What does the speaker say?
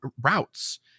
routes